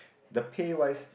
the pay wise